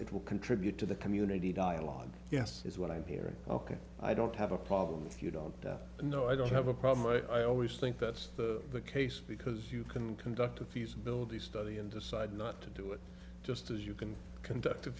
it will contribute to the community dialogue yes is what i'm hearing ok i don't have a problem if you don't know i don't have a problem i always think that's the case because you can conduct a feasibility study and just i'd not to do it just as you can conduct